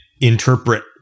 interpret